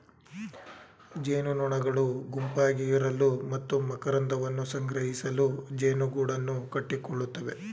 ಜೇನುನೊಣಗಳು ಗುಂಪಾಗಿ ಇರಲು ಮತ್ತು ಮಕರಂದವನ್ನು ಸಂಗ್ರಹಿಸಲು ಜೇನುಗೂಡನ್ನು ಕಟ್ಟಿಕೊಳ್ಳುತ್ತವೆ